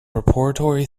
repertory